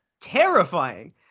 terrifying